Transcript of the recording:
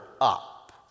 up